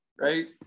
right